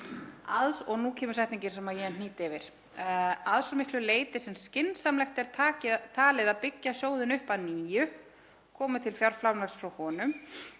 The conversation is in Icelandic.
Og nú kemur setningin sem ég hnýt um: „Að svo miklu leyti sem skynsamlegt er talið að byggja sjóðinn upp að nýju, komi til fjárframlags frá honum,